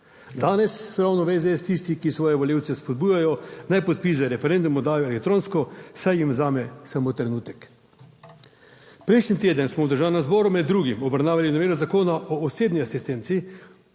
Danes so ravno v SDS tisti, ki svoje volivce spodbujajo, naj podpis za referendum oddajo elektronsko, saj jim vzame samo trenutek. Prejšnji teden smo v Državnem zboru med drugim obravnavali novelo zakona o osebni asistenci